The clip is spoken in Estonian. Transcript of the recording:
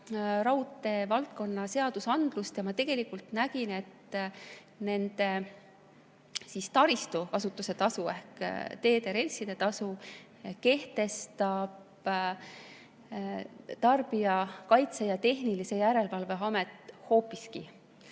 raudteevaldkonna seadusandlust ja nägin, et nende taristu kasutuse tasu ehk teede relsside tasu kehtestab Tarbijakaitse ja Tehnilise Järelevalve Amet hoopiski.